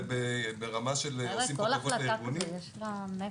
שנרשמו ולא כל התרופות של אותו אדם.